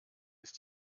ist